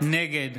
נגד